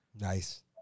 Nice